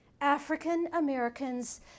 African-Americans